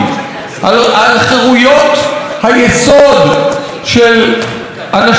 על חירויות היסוד של אנשים בארץ הזאת.